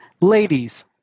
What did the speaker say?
ladies